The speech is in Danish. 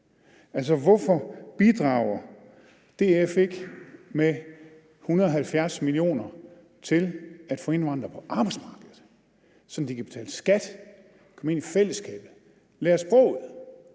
Altså, hvorfor bidrager DF ikke med 170 mio. kr. til at få indvandrere ind på arbejdsmarkedet, sådan at de kan betale skat, komme ind i fællesskabet og lære sproget,